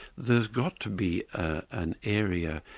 there's got to be an area,